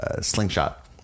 slingshot